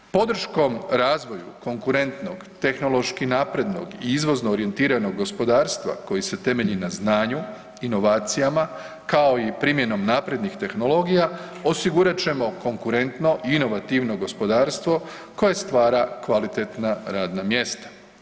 Podrškom razvoju konkurentnog, tehnološki naprednog i izvozno orijentiranog gospodarstva koji se temelji na znanju, inovacijama kao i primjenom naprednih tehnologija, osigurat ćemo konkurentno i inovativno gospodarstvo koje stvara kvalitetna radna mjesta.